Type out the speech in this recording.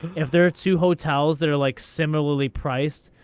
if there are two hotels that are like similarly priced,